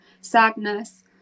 sadness